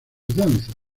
danzas